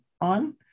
on